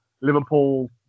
Liverpool